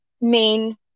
main